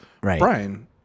Brian